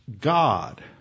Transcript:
God